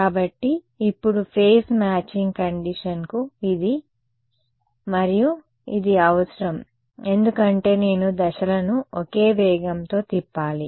కాబట్టి ఇప్పుడు phase matching కండిషన్కు ఇది మరియు ఇది అవసరం ఎందుకంటే నేను దశలను ఒకే వేగంతో తిప్పాలి